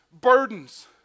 burdens